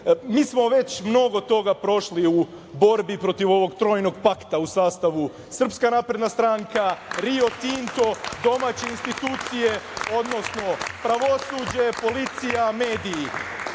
smo već mnogo toga prošli u borbi protiv ovog trojnog pakta u sastavu SNS, Rio Tinto, domaće institucije, odnosno pravosuđe, policija, mediji.